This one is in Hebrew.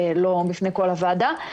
לא בפני כל הוועדה.